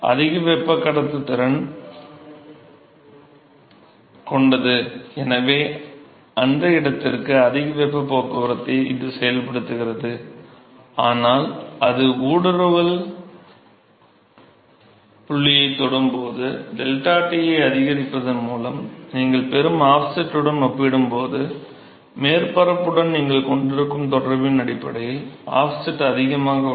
அதிக வெப்பக் கடத்துத்திறன் கொண்டது எனவே அந்த இடத்திற்கு அதிக வெப்ப போக்குவரத்தை இது செயல்படுத்துகிறது ஆனால் அது ஊடுருவல் புள்ளியைத் தொடும் போது 𝜟T ஐ அதிகரிப்பதன் மூலம் நீங்கள் பெறும் ஆஃப்செட்டுடன் ஒப்பிடும்போது மேற்பரப்புடன் நீங்கள் கொண்டிருக்கும் தொடர்பின் அடிப்படையில் ஆஃப்செட் அதிகமாக உள்ளது